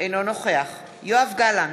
אינו נוכח יואב גלנט,